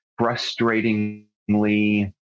frustratingly